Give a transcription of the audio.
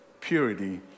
purity